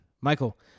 Michael